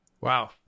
Wow